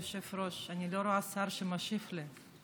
אדוני היושב-ראש, אני לא רואה שר שמשיב לי.